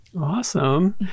Awesome